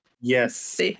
Yes